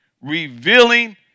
revealing